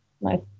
nice